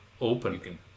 open